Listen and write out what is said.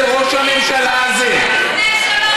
אצל ראש הממשלה הזה,